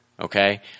Okay